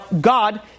God